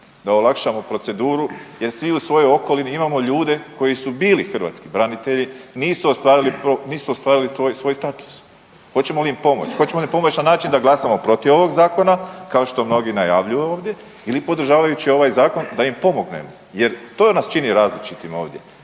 da olakšamo proceduru? Jer svi u svojoj okolini imamo ljude koji su bili hrvatski branitelji, nisu ostvarili svoj status. Hoćemo li im pomoći? Hoćemo li pomoći na način da glasamo protiv ovoga Zakona kao što mnogi najavljuju ovdje ili podržavajući ovaj Zakon da im pomognemo? Jer to nas čini različitim ovdje.